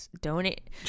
donate